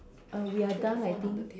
uh we are done I think